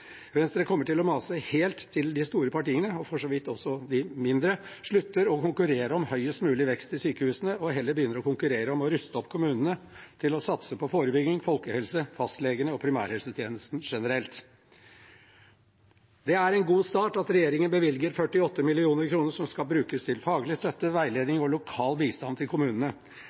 Venstre kommer til å mase helt til de store partiene, og for så vidt også de mindre, slutter å konkurrere om høyest mulig vekst i sykehusene, og heller begynner å konkurrere om å ruste opp kommunene til å satse på forebygging, folkehelse, fastlegene og primærhelsetjenesten generelt. Det er en god start at regjeringen bevilger 48 mill. kr som skal brukes til faglig støtte, veiledning og lokal bistand til kommunene.